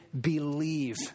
believe